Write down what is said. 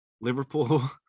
Liverpool